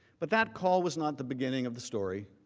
but that call was not the beginning of the story.